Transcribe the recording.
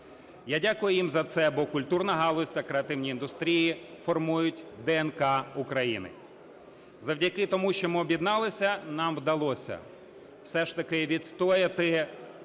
Я дякую їм за це, бо культурна галузь та креативні індустрії формують ДНК України. Завдяки тому, що ми об'єдналися, нам вдалося все ж таки відстояти